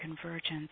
convergence